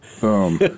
Boom